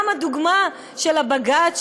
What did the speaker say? גם הדוגמה של בג"ץ,